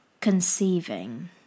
conceiving